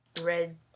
red